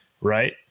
Right